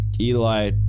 Eli